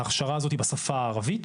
ההכשרה הזו היא בשפה הערבית